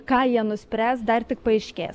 ką jie nuspręs dar tik paaiškės